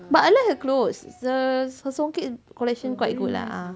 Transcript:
but I like her clothes the her songket collection quite good lah